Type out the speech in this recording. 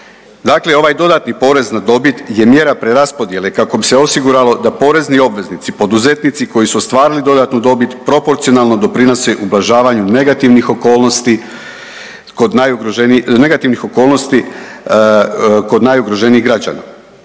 Dakle, ovaj dodatni porez na dobit je mjera preraspodjele kako bi se osiguralo da porezni obveznici, poduzetnici koji su ostvarili dodatnu dobit proporcionalno doprinose ublažavanju negativnih okolnosti kod najugroženijih,